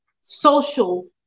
social